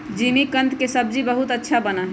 जिमीकंद के सब्जी बहुत अच्छा बना हई